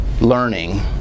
learning